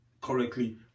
correctly